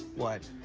what?